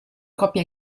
coppia